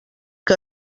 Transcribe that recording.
que